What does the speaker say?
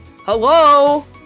hello